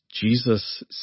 Jesus